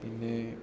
പിന്നെ